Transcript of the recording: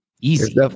Easy